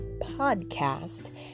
Podcast